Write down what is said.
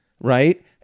Right